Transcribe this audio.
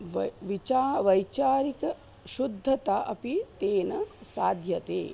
व विचा वैचारिकशुद्धता अपि तेन साध्यते